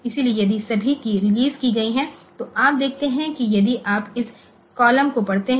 इसलिए यदि सभी कीय रिलीज की गई हैं तो आप देखते हैं कि यदि आप इन कॉलमों को पढ़ते हैं